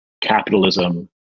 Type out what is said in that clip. capitalism